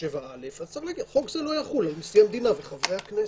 אז צריך להגיד "חוק זה לא יחול על נשיא המדינה וחברי הכנסת".